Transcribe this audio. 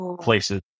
places